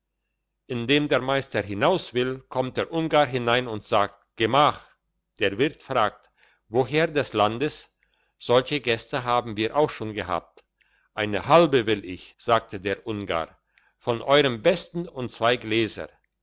indem der meister hinauswill kommt der ungar hinein und sagt gemach der wirt fragt woher des landes solche gäste haben wir auch schon gehabt eine halbe will ich sagte der ungar von eurem besten und zwei gläser